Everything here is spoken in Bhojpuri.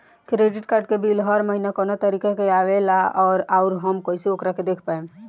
क्रेडिट कार्ड के बिल हर महीना कौना तारीक के आवेला और आउर हम कइसे ओकरा के देख पाएम?